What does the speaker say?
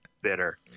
bitter